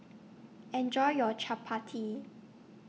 Enjoy your Chapati